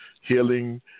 Healing